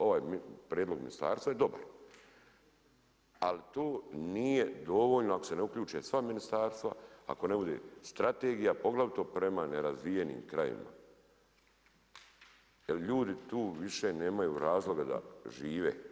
Ovaj prijedlog ministarstva je dobar, ali tu nije dovoljno ako se ne uključe sva ministarstva, ako ne bude strategija poglavito prema nerazvijenim krajevima, jer ljudi tu nemaju više razloga da žive.